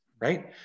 right